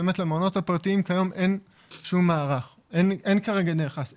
למעונות הפרטיים כיום אין שום מערך ההורים